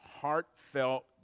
heartfelt